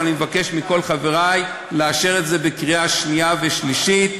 אבל אני מבקש מכל חברי לאשר את זה בקריאה שנייה ושלישית,